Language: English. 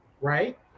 right